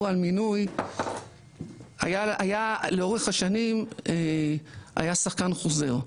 על מינוי היה לאורך השנים היה שחקן חוזר,